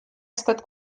estat